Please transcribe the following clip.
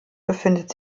befindet